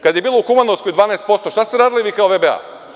Kada je bilo u Kumanovskoj 12%, šta ste radili vi kao VBA?